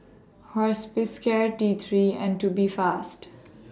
Hospicare T three and Tubifast